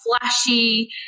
flashy